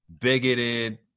bigoted